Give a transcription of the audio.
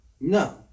No